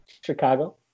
Chicago